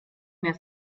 mehr